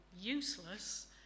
useless